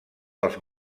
dels